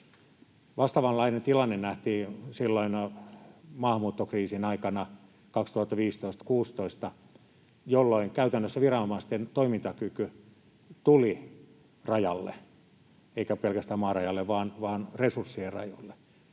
Vastaavanlainen tilanne nähtiin silloin maahanmuuttokriisin aikana 2015—2016, jolloin käytännössä viranomaisten toimintakyky tuli rajalle — eikä pelkästään maarajalle, vaan resurssien rajoille